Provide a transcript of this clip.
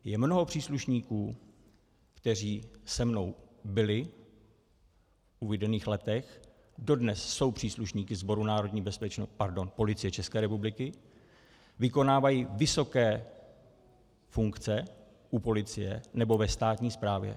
Je mnoho příslušníků, kteří se mnou byli v uvedených letech, dodnes jsou příslušníky Sboru národní pardon, Policie České republiky, vykonávají vysoké funkce u policie nebo ve státní správě.